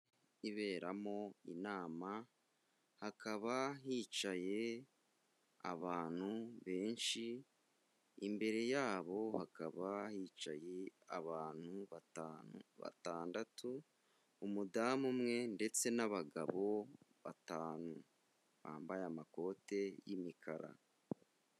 Iberamo inama hakaba hicaye abantu benshi, imbere yabo hakaba hicaye abantu batanu, batandatu, umudamu umwe ndetse n'abagabo batanu bambaye amakote y'imikara.